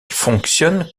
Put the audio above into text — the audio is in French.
fonctionne